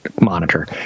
monitor